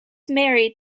married